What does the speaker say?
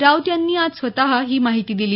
राऊत यांनी आज स्वत ही माहिती दिली